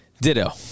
Ditto